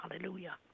hallelujah